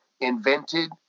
invented